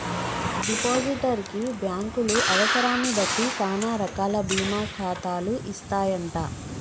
depositor కి బ్యాంకులు అవసరాన్ని బట్టి సానా రకాల బీమా ఖాతాలు ఇస్తాయంట